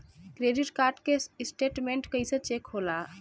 Credit card के statement कइसे check होला?